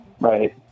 Right